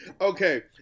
Okay